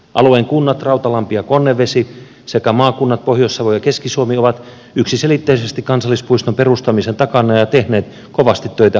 alueen kunnat rautalampi ja konnevesi sekä maakunnat pohjois savo ja keski suomi ovat yksiselitteisesti kansallispuiston perustamisen takana ja tehneet kovasti töitä hankkeen eteen